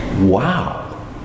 Wow